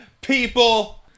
people